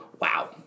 wow